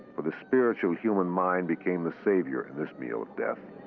for the spiritual human mind became the savior in this meal of death.